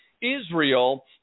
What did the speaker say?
Israel